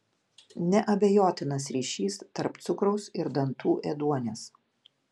neabejotinas ryšys tarp cukraus ir dantų ėduonies